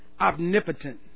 omnipotent